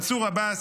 מנסור עבאס,